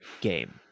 game